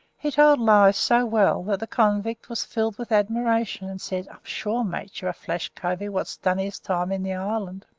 he told lies so well, that the convict was filled with admiration, and said, i'm sure, mate, you're a flash covey wot's done his time in the island.